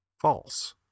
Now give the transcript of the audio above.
False